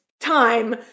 time